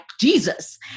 Jesus